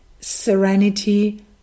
serenity